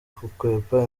gukwepa